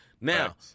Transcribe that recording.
Now